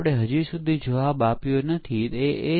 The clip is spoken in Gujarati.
અહીં પણ જવાબ સરળ છે